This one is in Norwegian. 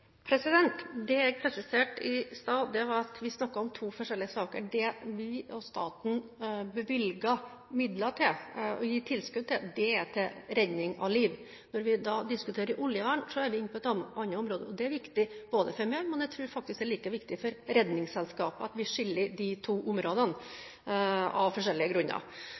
Det jeg presiserte i stad, var at vi snakket om to forskjellige saker. Det vi, staten, bevilget midler til og gir tilskudd til, er redning av liv. Når vi diskuterer oljevern, er vi inne på et annet område. Det er viktig for meg – og jeg tror det er like viktig for Redningsselskapet – at vi skiller de to områdene, av forskjellige grunner.